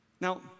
Now